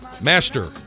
Master